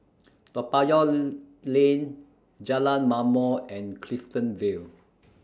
Toa Payoh Lane Jalan Ma'mor and Clifton Vale